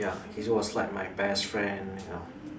ya he was like my best friend you know